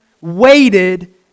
waited